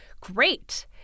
great